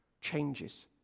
changes